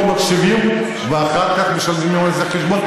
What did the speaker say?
יש גם כאלה שלפעמים לא מקשיבים ואחר כך משלמים על זה חשבון,